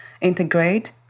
integrate